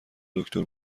دکتر